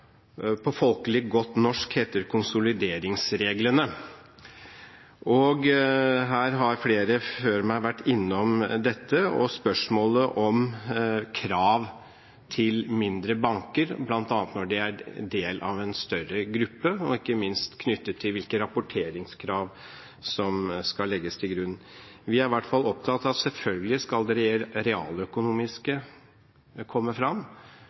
på folkelig godt norsk heter konsolideringsreglene. Flere før meg har vært innom dette og spørsmålet om krav til mindre banker bl.a. når de er del av en større gruppe, og ikke minst knyttet til hvilke rapporteringskrav som skal legges til grunn. Vi er i hvert fall opptatt av at selvfølgelig skal det realøkonomiske komme fram